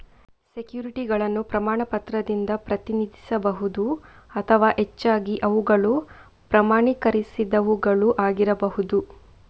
ಸೆಕ್ಯುರಿಟಿಗಳನ್ನು ಪ್ರಮಾಣ ಪತ್ರದಿಂದ ಪ್ರತಿನಿಧಿಸಬಹುದು ಅಥವಾ ಹೆಚ್ಚಾಗಿ ಅವುಗಳು ಪ್ರಮಾಣೀಕರಿಸದವುಗಳು ಆಗಿರಬಹುದು